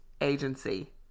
agency